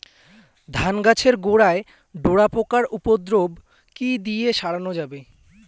ধান গাছের গোড়ায় ডোরা পোকার উপদ্রব কি দিয়ে সারানো যাবে?